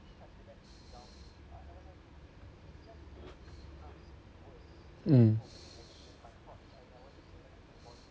mm